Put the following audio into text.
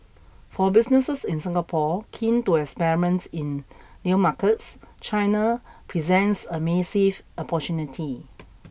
for businesses in Singapore keen to experiment in new markets China presents a massive opportunity